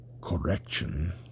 correction